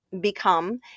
become